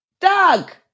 Doug